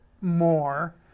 more